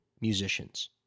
musicians